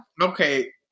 Okay